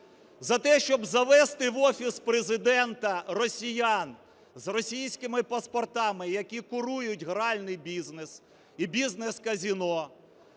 за те, щоб завести в Офіс Президента росіян з російськими паспортами, які курують гральний бізнес і бізнес казино,